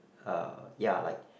uh ya like